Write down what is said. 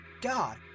God